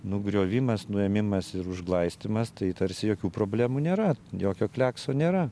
nugriovimas nuėmimas ir užglaistymas tai tarsi jokių problemų nėra jokio kliakso nėra